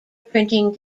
printing